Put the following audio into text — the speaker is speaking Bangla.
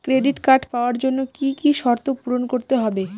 ক্রেডিট কার্ড পাওয়ার জন্য কি কি শর্ত পূরণ করতে হবে?